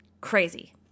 crazy